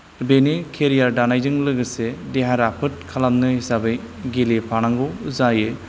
बेनि खेरियार दानायजों लोगोसे देहा राफोद खालामनो हिसाबै गेलेफानांगौ जायो